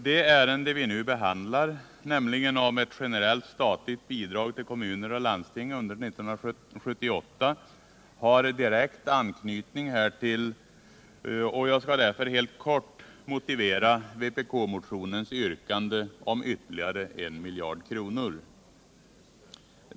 Det ärende vi nu behandlar, nämligen frågan om ett generellt statligt bidrag till kommuner och landsting under 1978, har direkt anknytning härtill, och jag skall därför helt kort motivera vpk-motionens yrkande om ytterligare 1 miljard kronor.